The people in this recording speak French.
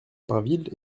pinville